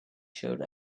showed